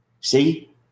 See